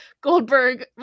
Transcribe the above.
goldberg